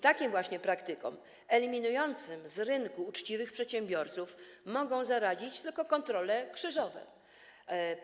Takim właśnie praktykom, eliminującym z rynku uczciwych przedsiębiorców, mogą zaradzić tylko kontrole krzyżowe.